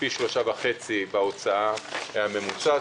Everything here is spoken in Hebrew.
פי 3.5 מההוצאה הממוצעת,